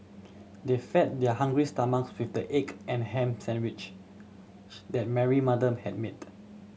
they fed their hungry stomach with the egg and ham sandwiches that Mary mother had made